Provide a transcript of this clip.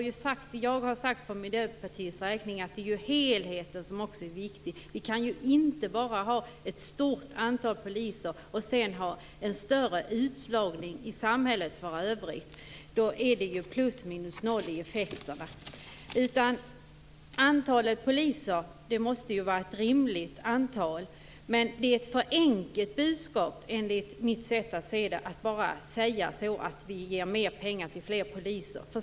Jag har för Miljöpartiets räkning sagt att också helheten är viktig. Vi kan inte ha ett stort antal poliser och en motsvarande större utslagning i samhället i övrigt. Då blir effekten plus minus noll. Vi måste ha ett rimligt stort antal poliser. Enligt mitt sätt att se det är det ett för enkelt budskap att bara säga att vi skall ge mer pengar till fler poliser.